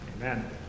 Amen